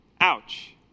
Ouch